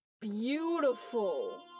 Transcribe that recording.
beautiful